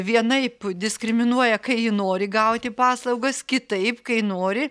vienaip diskriminuoja kai ji nori gauti paslaugas kitaip kai nori